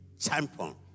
champion